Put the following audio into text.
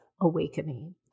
awakening